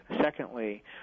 Secondly